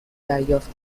دریافت